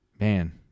man